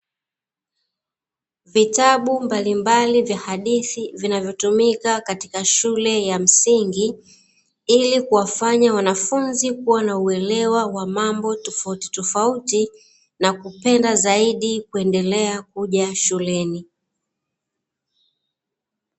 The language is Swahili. Vitabu mbalimbali vya hadithi, vinavyotumika katika shule ya msingi ili kuwafanya wanafunzi kuwa na uelewa wa mambo tofautitofauti na kupenda zaidi kuendelea kuja shuleni.